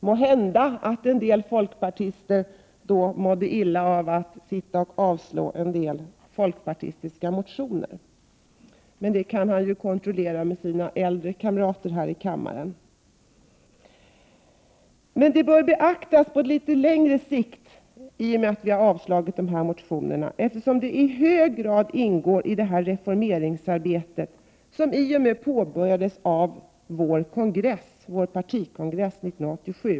Måhända en del folkpartister mådde illa av att avstyrka folkpartistiska motioner. Det kan han ju kontrollera med sina äldre kamrater här i kammaren. Vårt agerande bör emellertid betraktas på litet längre sikt, eftersom det i hög grad ingår i det reformarbete som påbörjades av vår partikongress 1987.